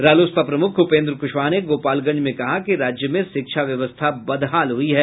रालोसपा प्रमुख उपेंद्र कुशवाहा ने गोपालगंज में कहा कि राज्य में शिक्षा व्यवस्था बदहाल हुयी है